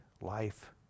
life